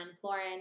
Florence